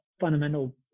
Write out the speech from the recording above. fundamental